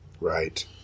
Right